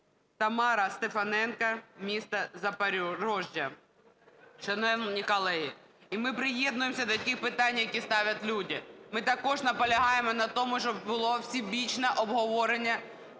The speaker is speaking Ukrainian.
Тамара Стефаненко, місто Запоріжжя. Шановні колеги, і ми приєднуємося до тих питань, які ставлять люди. Ми також наполягаємо на тому, щоб було всебічне обговорення